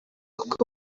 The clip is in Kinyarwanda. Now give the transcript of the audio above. kuko